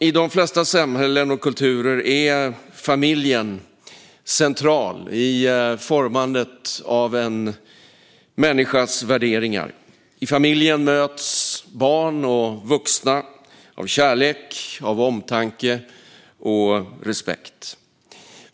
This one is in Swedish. I de flesta samhällen och kulturer är familjen central i formandet av en människas värderingar. I familjen möts barn och vuxna av kärlek, omtanke och respekt.